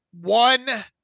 one